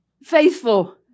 Faithful